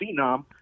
Phenom